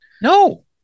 No